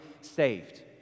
saved